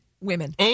women